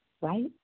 right